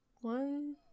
one